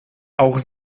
auch